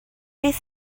beth